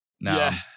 Now